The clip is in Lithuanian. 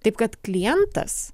taip kad klientas